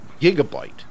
gigabyte